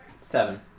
Seven